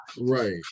Right